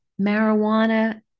marijuana